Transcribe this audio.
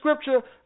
scripture